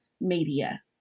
media